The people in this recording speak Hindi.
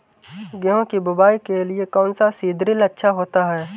गेहूँ की बुवाई के लिए कौन सा सीद्रिल अच्छा होता है?